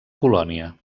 colònia